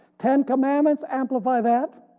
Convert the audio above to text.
ten commandments amplify that,